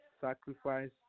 sacrifice